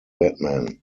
batman